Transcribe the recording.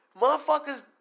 Motherfuckers